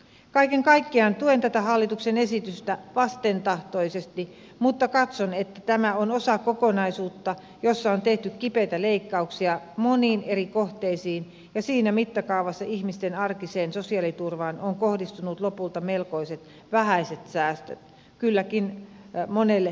kaiken kaikkiaan tuen tätä hallituksen esitystä vastentahtoisesti mutta katson että tämä on osa kokonaisuutta jossa on tehty kipeitä leikkauksia moniin eri kohteisiin ja siinä mittakaavassa ihmisten arkiseen sosiaaliturvaan on kohdistunut lopulta melkoisen vähäiset säästöt kylläkin monelle hyvin kipeät